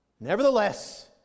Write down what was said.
nevertheless